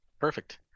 Perfect